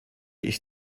ich